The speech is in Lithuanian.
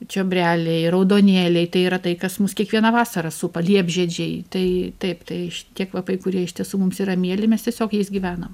čiobreliai raudonėliai tai yra tai kas mus kiekvieną vasarą supa liepžiedžiai tai taip tai šitie kvapai kurie iš tiesų mums yra mieli mes tiesiog jais gyvenam